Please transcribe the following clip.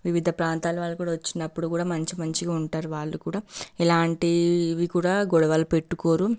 వివిధ ప్రాంతాల వాళ్ళు కూడా వచ్చినప్పుడు మంచి మంచిగా ఉంటారు వాళ్ళు కూడా ఎలాంటి ఇవి కూడా గొడవలు పెట్టుకోరు